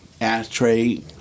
ashtray